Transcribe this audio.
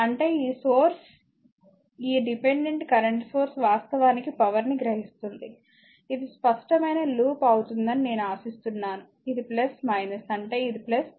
అంటే ఈ సోర్స్ ఈ డిపెండెంట్ కరెంట్ సోర్స్ వాస్తవానికి పవర్ ని గ్రహిస్తుంది ఇది స్పష్టమైన లూప్ అవుతుందని నేను ఆశిస్తున్నాను ఇది అంటే ఇది ఇది